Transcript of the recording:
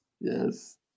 Yes